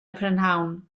prynhawn